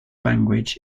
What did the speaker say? language